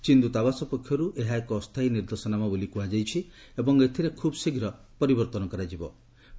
ଚୀନ୍ ଦୂତାବାସ ପକ୍ଷରୁ ଏହା ଏକ ଅସ୍ଥାୟୀ ନିର୍ଦ୍ଦେଶନାମା ବୋଲି କୁହାଯାଇଛି ଏବଂ ଏଥିରେ ଖୁବ୍ ଶୀଘ୍ର ପରିବର୍ତ୍ତନ ହେବ ବୋଲି ଜଣାପଡ଼ିଛି